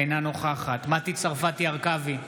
אינה נוכחת מטי צרפתי הרכבי,